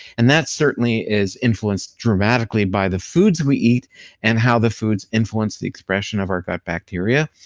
and that certainly is influenced dramatically by the foods we eat and how the foods influence the expression of our gut bacteria,